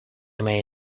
may